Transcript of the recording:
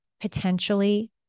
potentially